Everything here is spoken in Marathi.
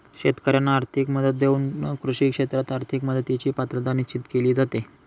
शेतकाऱ्यांना आर्थिक मदत देऊन कृषी क्षेत्रात आर्थिक मदतीची पात्रता निश्चित केली जाते